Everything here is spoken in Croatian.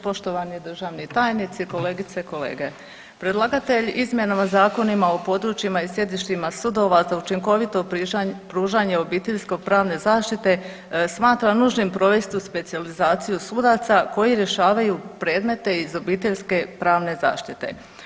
Poštovani državni tajnici, kolegice i kolege, predlagatelj izmjenama zakonima o područjima i sjedištima sudova za učinkovito pružanje obiteljsko pravne zaštite smatra nužnim provesti tu specijalizaciju sudaca koji rješavaju predmete iz obiteljske pravne zaštite.